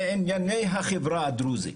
לענייני החברה הדרוזית?